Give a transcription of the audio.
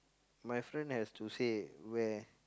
my friend has to say where